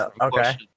Okay